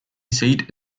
seat